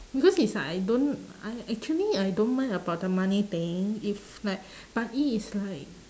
because is like I don't I actually I don't mind about the money thing if like but it is like